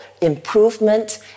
improvement